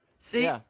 See